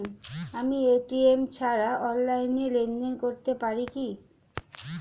আমি এ.টি.এম ছাড়া অনলাইনে লেনদেন করতে পারি কি?